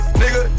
nigga